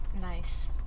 Nice